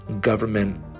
government